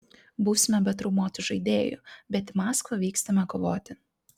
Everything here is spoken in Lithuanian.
būsime be traumuotų žaidėjų bet į maskvą vykstame kovoti